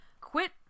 quit